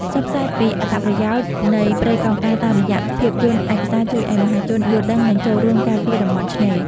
ផ្សព្វផ្សាយពីអត្ថប្រយោជន៍នៃព្រៃកោងកាងតាមរយៈភាពយន្តឯកសារជួយឱ្យមហាជនយល់ដឹង និង ចូលរួមការពារតំបន់ឆ្នេរ។